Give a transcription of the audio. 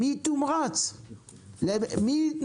מי תומרץ?